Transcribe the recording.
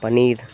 paneer